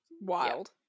wild